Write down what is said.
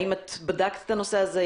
האם את בדקת את הנושא הזה?